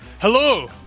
Hello